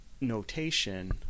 notation